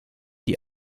die